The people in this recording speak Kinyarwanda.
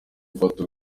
gifata